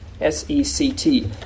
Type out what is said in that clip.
S-E-C-T